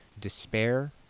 despair